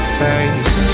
face